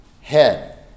head